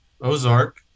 Ozark